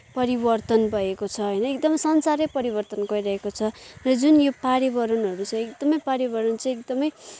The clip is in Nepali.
परिवर्तन भएको छ होइन एकदमै संसारै परिवर्तन गरिरहेको छ र जुन यो पर्यावरणहरू चाहिँ एकदमै पर्यावरण चाहिँ एकदमै